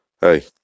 Hey